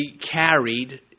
carried